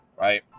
Right